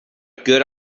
good